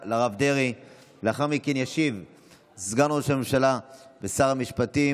הטרומית, ותעבור לוועדת החינוך, התרבות והספורט.